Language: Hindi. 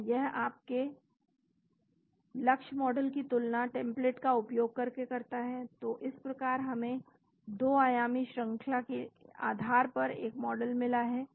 तो यह आपके लक्ष्य मॉडल की तुलना टेम्पलेट का उपयोग करके करता है और इस प्रकार हमें 2 आयामी श्रंखला के आधार पर एक मॉडल मिला है